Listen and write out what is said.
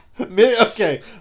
Okay